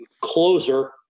closer